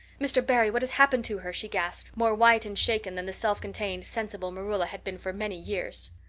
mr. barry, what has happened to her? she gasped, more white and shaken than the self-contained, sensible marilla had been for many years.